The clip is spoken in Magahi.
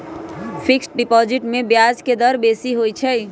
फिक्स्ड डिपॉजिट में ब्याज के दर बेशी होइ छइ